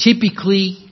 typically